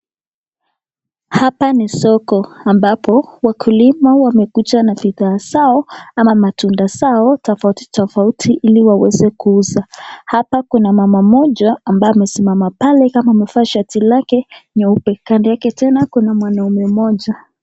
Hapa ni soko ambapo wakulima wamekuja na vitu bidhaa zao ama matunda zao tofauti tofauti ili waweze kuuza hapa kuna mama moja ambaye amesimama pale kama amevaa shati lake mweupe, kando yake tena kuna mwanaume moja.